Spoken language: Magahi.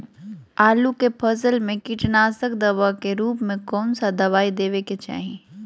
आलू के फसल में कीटनाशक दवा के रूप में कौन दवाई देवे के चाहि?